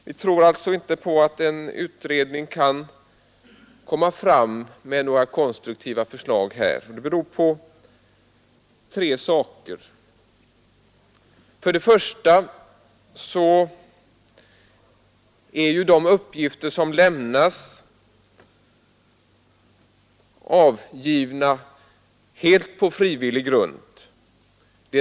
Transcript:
Vi tror alltså inte på att en utredning kan lägga fram några konstruktiva förslag. Det beror på tre omständigheter: 1. Uppgifterna lämnas helt frivilligt.